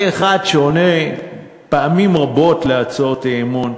כאחד שעונה פעמים רבות על הצעות אי-אמון,